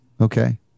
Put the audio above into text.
Okay